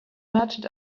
merchant